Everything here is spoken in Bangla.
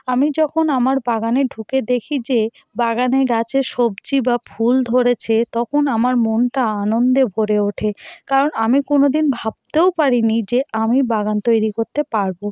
আমি যখন আমার বাগানে ঢুকে দেখি যে বাগানে গাছে সবজি বা ফুল ধরেছে তখন আমার মনটা আনন্দে ভরে ওঠে কারণ আমি কোনোদিন ভাবতেও পারি নি যে আমি বাগান তৈরী করতে পারবো